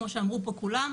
כמו שאמרו פה כולם,